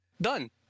Done